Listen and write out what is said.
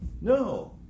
no